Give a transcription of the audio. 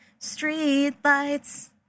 Streetlights